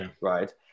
right